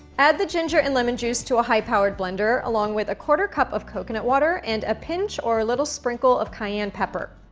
add the ginger and lemon juice to a high powered blender along with a quarter cup of coconut water and a pinch or a little sprinkle of cayenne pepper.